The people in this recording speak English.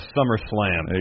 SummerSlam